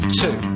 two